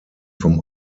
vom